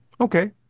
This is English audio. Okay